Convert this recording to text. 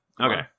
Okay